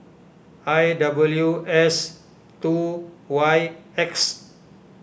I W S two Y X